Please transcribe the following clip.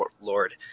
Lord